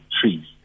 trees